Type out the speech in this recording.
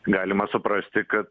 galima suprasti kad